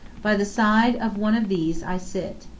by the side of one of these i sit,